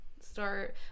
start